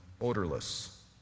odorless